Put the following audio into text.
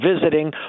visiting